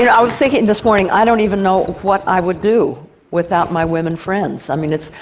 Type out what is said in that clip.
and i was thinking this morning, i don't even know what i would do without my women friends. i mean it's,